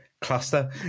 cluster